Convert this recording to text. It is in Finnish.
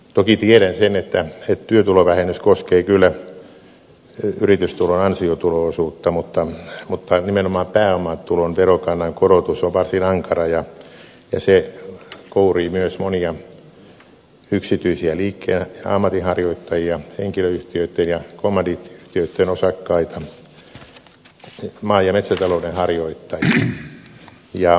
toki tiedän sen että työtulovähennys koskee kyllä yritystulon ansiotulo osuutta mutta nimenomaan pääomatulon verokannan korotus on varsin ankara ja se kourii myös monia yksityisiä liikkeen ja ammatinharjoittajia henkilöyhtiöitten ja kommandiittiyhtiöitten osakkaita maa ja metsätalouden harjoittajia